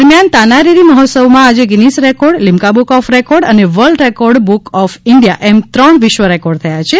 દરમ્યાન તાના રીરી મહોત્સવમાં આજે Guinness record Limca book of record અને world record book of India એમ ત્રણ વિશ્વ રેકોર્ડ થયા છે